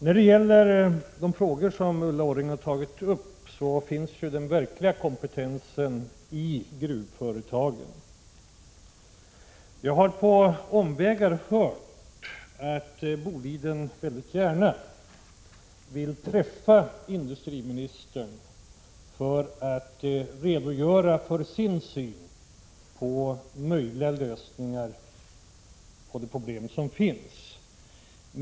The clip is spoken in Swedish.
När det gäller de frågor som Ulla Orring har tagit upp finns den verkliga kompetensen i gruvföretagen. Jag har på omvägar hört att företrädare för Boliden väldigt gärna vill träffa industriministern för att redogöra för sin syn på möjliga lösningar av det problem som finns.